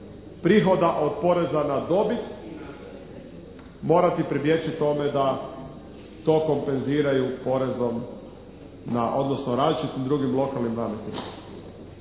prihoda od poreza na dobit morati pribjeći tome da to kompenziraju porezom na, odnosno različitim drugim lokalnim nametima.